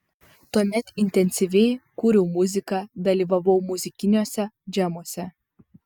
tuomet intensyviai kūriau muziką dalyvavau muzikiniuose džemuose